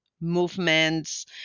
movements